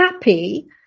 happy